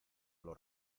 los